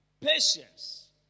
patience